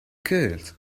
could